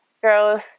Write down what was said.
girls